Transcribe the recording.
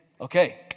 Okay